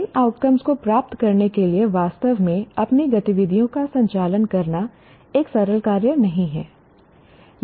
इन outcomes को प्राप्त करने के लिए वास्तव में अपनी गतिविधियों का संचालन करना एक सरल कार्य नहीं है